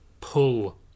pull